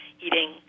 eating